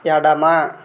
ఎడమ